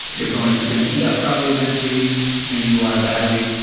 your phone is going to heat up. probably eventually it's going to use a lot of battery,